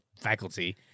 faculty